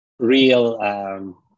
real